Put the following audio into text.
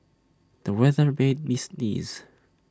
the weather made me sneeze